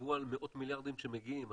כשדיברו על מאות מיליארדים שמגיעים,